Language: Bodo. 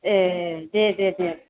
ए दे दे